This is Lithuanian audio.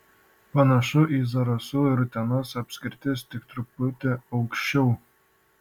panašu į zarasų ir utenos apskritis tik truputį aukščiau